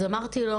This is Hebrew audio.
אז הוא אמר לי,